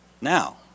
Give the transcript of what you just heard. Now